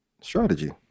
strategy